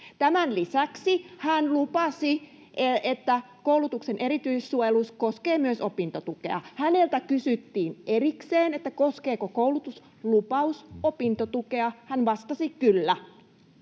Tämän lisäksi hän lupasi, että koulutuksen erityissuojelus koskee myös opintotukea. Häneltä kysyttiin erikseen, koskeeko koulutuslupaus opintotukea, ja hän vastasi ”kyllä”.